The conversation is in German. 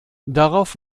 darauf